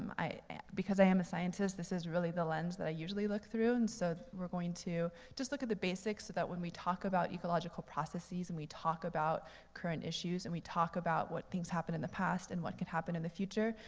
um because i am a scientist, this is really the lens that i usually look through, and so we're going to just look at the basics so that when we talk about ecological processes and we talk about current issues and we talk about what things happened in the past and what could happen in the future,